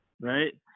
right